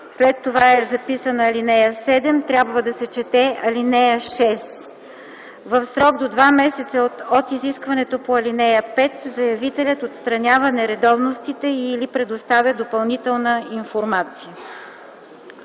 текста – записано е ал. 7, трябва да се чете ал. 6. „(6) В срок до два месеца от изискването по ал. 5 заявителят отстранява нередовностите и/или предоставя допълнителната информация.”